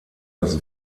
das